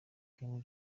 kim